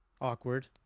awkward